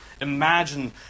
Imagine